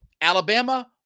Alabama